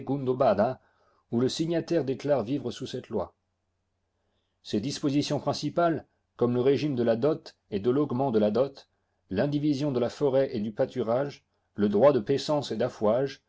où le signataire déclare vivre sous cette loi ses dispositions principales comme le régime de la dot et de l'augment de la dot l'indivision de la forêt et du pâturage le droit de paissance et d'affouage